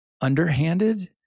underhanded